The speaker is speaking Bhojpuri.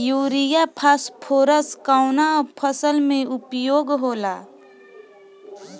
युरिया फास्फोरस कवना फ़सल में उपयोग होला?